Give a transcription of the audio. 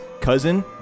cousin